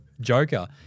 joker